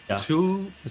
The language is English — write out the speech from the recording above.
Two